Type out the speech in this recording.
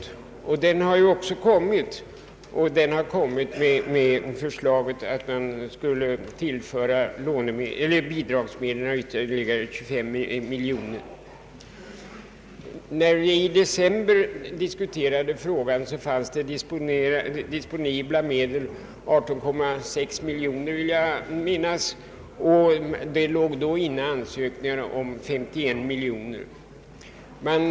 En sådan proposition har också framlagts och däri föreslås att man skulle vidga ramen för bidragsmedel med ytterligare 25 miljoner kronor. Då vi i december diskuterade frågan fanns 18,6 miljoner i disponibla medel, vill jag minnas. Då låg ansökningar inne om bidrag med 51 miljoner kronor.